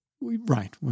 Right